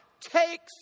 takes